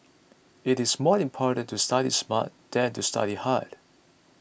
it is more important to study smart than to study hard